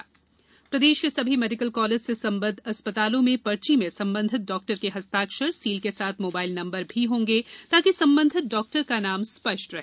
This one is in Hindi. डॉक्टर पर्ची प्रदेश के सभी मेडिकल कॉलेज से संबद्ध अस्पतालों में पर्ची में संबंधित डॉक्टर के हस्ताक्षर सील के साथ मोबाइल नम्बर भी होंगें ताकि संबंधित डॉक्टर का नाम स्पष्ट रहे